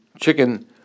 chicken